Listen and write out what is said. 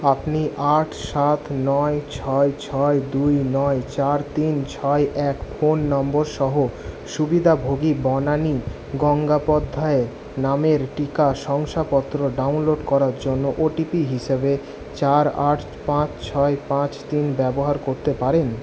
আপনি আট সাত নয় ছয় ছয় দুই নয় চার তিন ছয় এক ফোন নম্বরসহ সুবিধাভোগী বনানী গঙ্গোপাধ্যায় নামের টিকা শংসাপত্র ডাউনলোড করার জন্য ওটিপি হিসাবে চার আট পাঁচ ছয় পাঁচ তিন ব্যবহার করতে পারেন